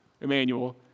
Emmanuel